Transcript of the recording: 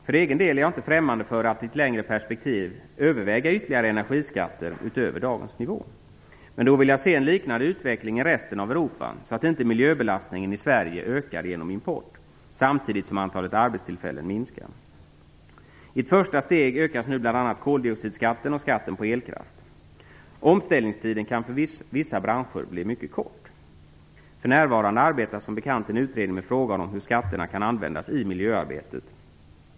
För egen del är jag inte främmande för att i ett längre perspektiv överväga ytterligare energiskatter utöver dagens nivå. Men då vill jag se en liknande utveckling i resten av Europa, så att inte miljöbelastningen i Sverige ökar genom import, samtidigt som antalet arbetstillfällen minskar. I ett första steg ökas nu bl.a. koldioxidskatten och skatten på elkraft. Omställningstiden kan för vissa branscher bli mycket kort. För närvarande arbetar som bekant en utredning med frågan om hur skatterna kan användas i miljöarbetet.